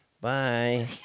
Bye